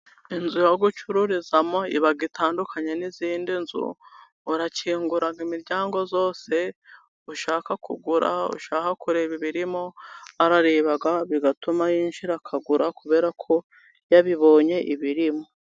Inzu yo gucururizamo iba itandukanye n'izindi nzu, ukingura imiryango yose, ushaka kugura, ushaka kureba ibirimo, arareba bigatuma yinjira akagura, kubera ko yabibonye ibirimo.